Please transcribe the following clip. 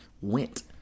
went